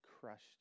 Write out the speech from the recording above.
crushed